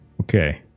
Okay